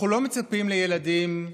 אנחנו לא מצפים לילדים,